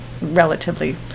relatively